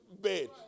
bed